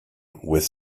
with